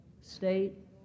state